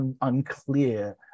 unclear